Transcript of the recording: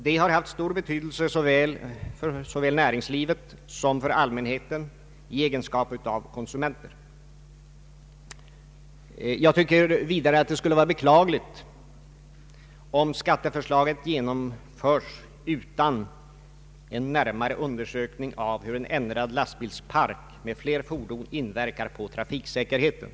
Det har haft stor betydelse såväl för näringslivet som för allmänheten i egenskap av konsumenter. Jag tycker vidare att det skulle vara beklagligt om skatteförslaget genomförs utan en närmare undersökning av hur en ändrad lastbilspark med fler fordon inverkar på trafiksäkerheten.